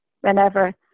whenever